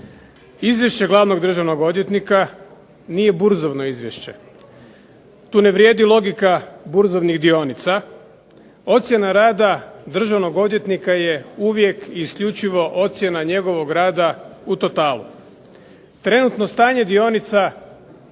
Izvješće Glavnog državnog odvjetnika nije burzovno izvješće, tu ne vrijedi logika burzovnih dionica. Ocjena rada državnog odvjetnika je uvijek i isključivo ocjena njegovog rada u totalu. Trenutno stanje dionica